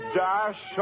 dash